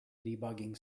debugging